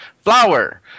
Flower